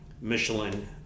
Michelin